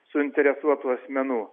suinteresuotų asmenų